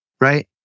right